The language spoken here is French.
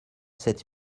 sept